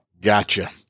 Gotcha